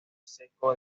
seco